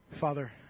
Father